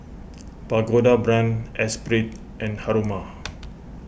Pagoda Brand Esprit and Haruma